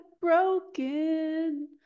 broken